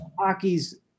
hockey's –